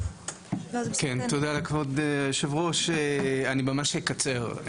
תודה לכבוד היושב-ראש, אני ממש אקצר.